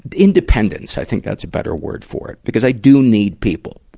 independence, i think that's a better word for it, because i do need people.